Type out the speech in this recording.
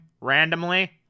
randomly